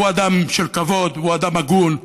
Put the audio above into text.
הוא אדם של כבוד, הוא אדם הגון.